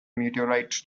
meteorite